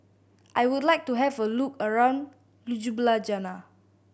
I would like to have a look around Ljubljana